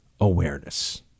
awareness